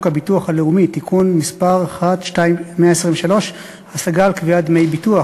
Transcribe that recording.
הביטוח הלאומי (תיקון מס' 123) (השגה על קביעת דמי ביטוח),